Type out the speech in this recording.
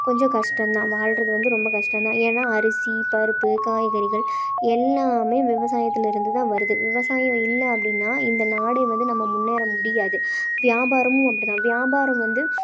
கொஞ்சம் கஷ்டம்தான் வாழ்கிறது வந்து ரொம்ப கஷ்டம் தான் ஏன்னா அரிசி பருப்பு காய்கறிகள் எல்லாம் விவசாயத்தில் இருந்துதான் வருது விவசாயம் இல்லை அப்படினா இந்த நாடு வந்து நம்ம முன்னேற முடியாது வியாபாரமும் அப்படிதான் வியாபாரம் வந்து